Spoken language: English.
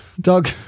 doug